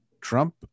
Trump